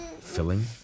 filling